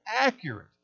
accurate